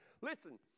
listen